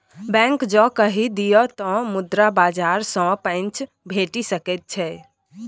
bank जँ कहि दिअ तँ मुद्रा बाजार सँ पैंच भेटि सकैत छै